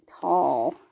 tall